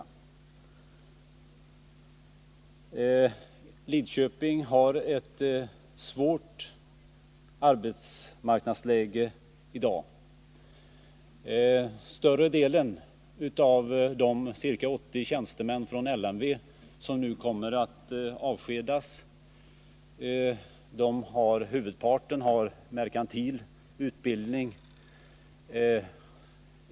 Lidköping har ett svårt arbetsmarknadsläge i dag. Huvudparten av de ca 80 tjänstemän från LMV som nu kommer att avskedas har merkantil utbildning.